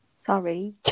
sorry